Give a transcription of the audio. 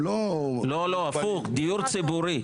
לא לא הפוך, דיור ציבורי.